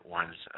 ones